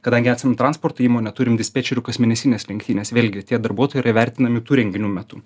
kadangi esam transporto įmonė turim dispečerių kasmėnesines lenktynes vėlgi tie darbuotojai yra vertinami tų renginių metu